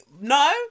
No